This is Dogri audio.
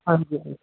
हां जी सर